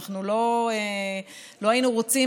ואנחנו לא היינו רוצים,